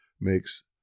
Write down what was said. makes